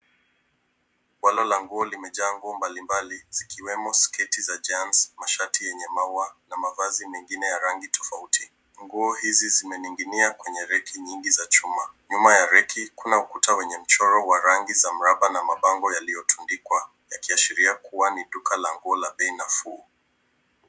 Gwanda la nguo limejaa nguo mbalimbali zikiwemo sketi za jeans , mashati yenye maua na mavazi mengine yenye rangi tofauti. Nguo hizi zimeningi'nia kwenye reki nyingi za chuma. Nyuma ya reki, kuna ukuta wenye mchoro wa rangi za mraba na mabango yaliyotundikwa yakiashiria kuwa ni duka la nguo la bei nafuu.